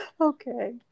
Okay